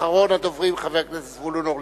אחרון הדוברים, חבר הכנסת זבולון אורלב.